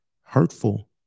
hurtful